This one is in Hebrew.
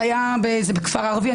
זה היה בכפר ערבי.